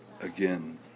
again